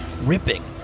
ripping